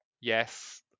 yes